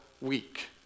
week